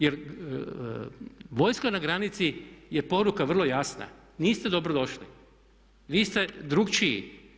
Jer vojska na granici je poruka vrlo jasna, niste dobrodošli, vi ste drukčiji.